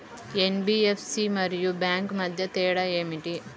NBFC మరియు bank మధ్య తేడా ఏమిటి?